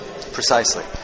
precisely